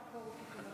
אפשר בזום, דרך